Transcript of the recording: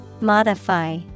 Modify